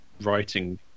writing